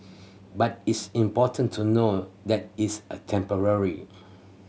but it's important to know that is temporary